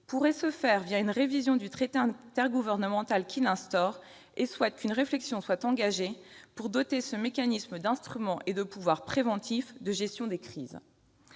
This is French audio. pourrait se faire une révision du traité intergouvernemental qui l'instaure et souhaite qu'une réflexion soit engagée pour doter ce mécanisme d'instruments et de pouvoirs préventifs de gestion des crises ».